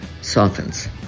softens